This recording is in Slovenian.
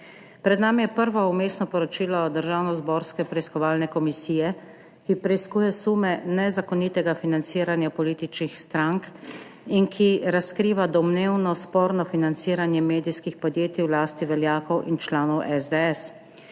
Pred nami je prvo vmesno poročilo državnozborske preiskovalne komisije, ki preiskuje sume nezakonitega financiranja političnih strank in ki razkriva domnevno sporno financiranje medijskih podjetij v lasti veljakov in članov SDS.